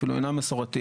ואפילו שאינם מסורתיים.